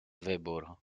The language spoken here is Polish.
wybór